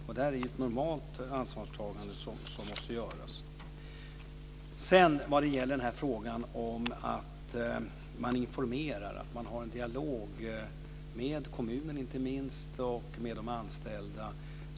Det är ett normalt ansvarstagande, som måste göras. Det talades om att informera och ha en dialog inte minst med kommunen och med de anställda.